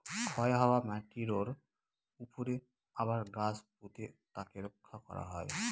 ক্ষয় হওয়া মাটিরর উপরে আবার গাছ পুঁতে তাকে রক্ষা করা হয়